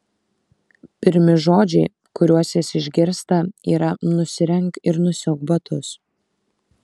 pirmi žodžiai kuriuos jis išgirsta yra nusirenk ir nusiauk batus